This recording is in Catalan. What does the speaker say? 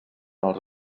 els